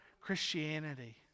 Christianity